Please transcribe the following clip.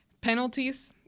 penalties